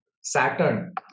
Saturn